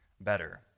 better